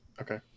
Okay